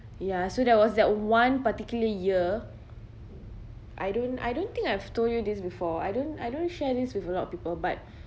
ya so that was that one particular year I don't I don't think I've told you this before I don't I don't share this with a lot of people but